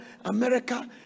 America